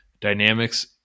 dynamics